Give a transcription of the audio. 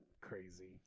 crazy